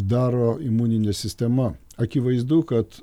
daro imuninė sistema akivaizdu kad